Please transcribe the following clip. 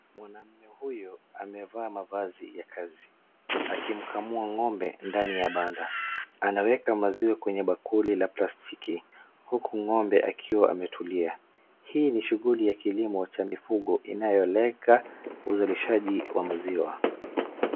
Mwanaume huyo amevaa mavazi ya kazi akimkamua ng'ombe ndani ya banda. Anaweka maziwa kwenye bakuli la plastiki huku ng'ombe akiwa ametuliaHhii ni shughuli ya kilimo cha mifugo inayolenga uzalishaji wa maziwa.